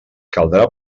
caldrà